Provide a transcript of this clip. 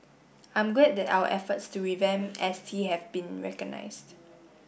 I'm glad that our efforts to revamp S T have been recognised